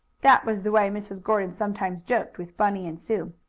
that was the way mrs. gordon sometimes joked with bunny and sue.